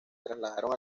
trasladaron